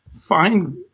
find